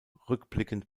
rückblickend